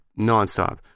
nonstop